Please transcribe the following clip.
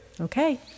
Okay